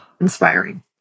inspiring